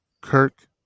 Kirk